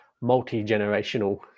multi-generational